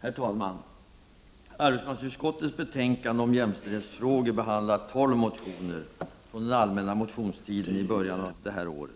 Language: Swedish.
Herr talman! I arbetsmarknadsutskottets betänkande om jämställdhet behandlas tolv motioner från den allmänna motionstiden i början av detta år.